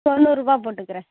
தொண்ணுறுரூபா போட்டுக்குறேன்